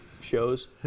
shows